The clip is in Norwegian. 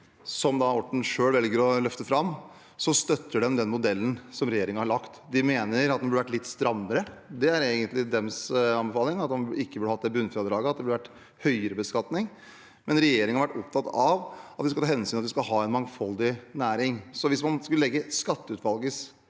som Orten selv velger å løfte fram, støttes den modellen som regjeringen har laget. De mener at den burde vært litt strammere. Deres anbefaling er egentlig at man ikke burde hatt bunnfradraget, og at det burde vært høyere beskatning, men regjeringen vært opptatt av å ta hensyn at vi skal ha en mangfoldig næring. Hvis man skulle legge skatteutvalgets